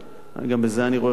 גם בזה אני רואה חשיבות.